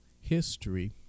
history